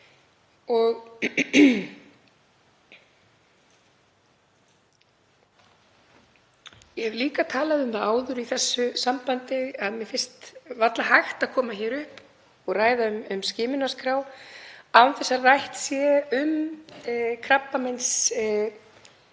Ég hef líka talað um það áður í þessu sambandi að mér finnst varla hægt að koma hér upp og ræða um skimunarskrá án þess að rætt sé um krabbameinsdeildina